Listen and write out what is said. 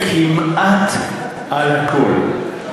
אתם מסכימים כמעט על הכול.